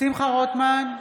שמחה רוטמן,